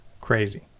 Crazy